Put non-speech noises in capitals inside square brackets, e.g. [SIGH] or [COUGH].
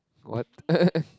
what [LAUGHS]